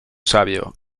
sabio